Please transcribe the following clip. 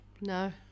No